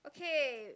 okay